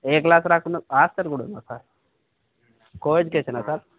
ఏ class దాకా ఉంది hostel కూడా ఉందా సార్ కోఎడ్యుకేషనా సార్